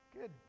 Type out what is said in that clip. Good